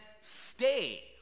stay